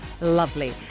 Lovely